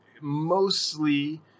mostly